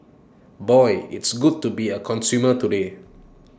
boy it's good to be A consumer today